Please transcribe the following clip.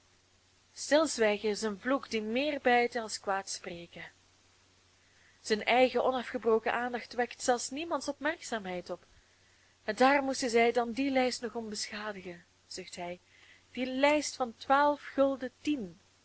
stillswijgen is een vloeck die meer bijtt als quaed spreken zijn eigen onafgebroken aandacht wekt zelfs niemands opmerkzaamheid op en daar moesten zij dan die lijst nog om beschadigen zucht hij die lijst van twaalf gulden tien